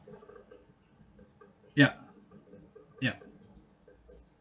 yup yup